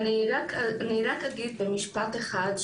אגיד במשפט אחד.